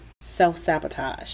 self-sabotage